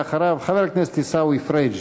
ואחריו, חבר הכנסת עיסאווי פריג'.